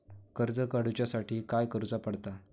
कर्ज काडूच्या साठी काय करुचा पडता?